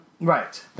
Right